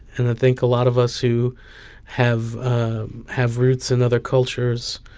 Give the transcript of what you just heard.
and i think a lot of us who have have roots in other cultures,